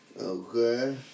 Okay